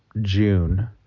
June